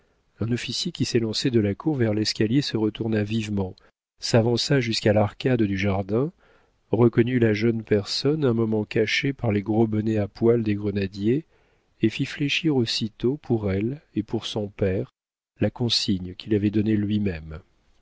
un officier qui s'élançait de la cour vers l'escalier se retourna vivement s'avança jusqu'à l'arcade du jardin reconnut la jeune personne un moment cachée par les gros bonnets à poil des grenadiers et fit fléchir aussitôt pour elle et pour son père la consigne qu'il avait donnée lui-même